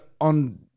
on